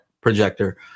projector